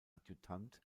adjutant